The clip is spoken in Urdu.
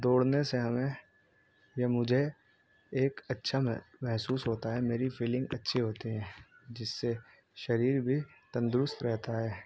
دوڑنے سے ہمیں یہ مجھے ایک اچھا میں محسوس ہوتا ہے میری فیلنگ اچھی ہوتی ہیں جس سے شریر بھی تندرست رہتا ہے